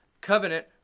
covenant